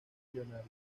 leonardo